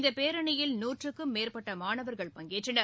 இந்த பேரணியில் நூற்றுக்கும் மேற்பட்ட மாணவர்கள் பங்கேற்றனர்